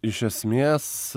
iš esmės